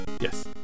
yes